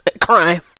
crime